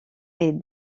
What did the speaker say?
est